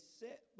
set